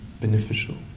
beneficial